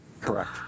Correct